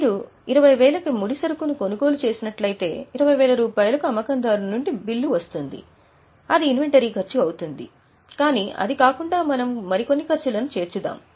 మీరు 20000 కి ముడిసరుకును కొనుగోలు చేసినట్లయితే 20000 రూపాయలకు అమ్మకందారుడి నుండి బిల్లు వస్తుంది అది ఇన్వెంటరీ ఖర్చు అవుతుంది కానీ అది కాకుండా మనము మరికొన్ని ఖర్చులను చేర్చుదాము